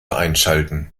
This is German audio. einschalten